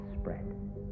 spread